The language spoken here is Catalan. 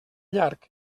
llarg